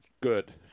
Good